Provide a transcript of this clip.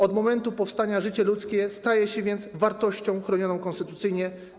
Od momentu powstania życie ludzkie staje się więc wartością chronioną konstytucyjnie.